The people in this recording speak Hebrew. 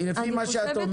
לפי מה שאת אומרת,